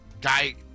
guy